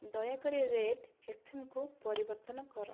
ଦୟାକରି ରେଡ୍ ଏଫ୍ଏମ୍କୁ ପରିବର୍ତ୍ତନ କର